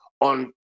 on